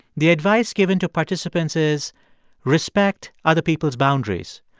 the advice given to participants is respect other people's boundaries.